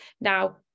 Now